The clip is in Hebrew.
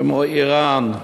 כמו איראן,